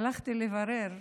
הלכתי לברר: